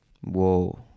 Whoa